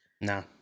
no